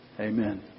Amen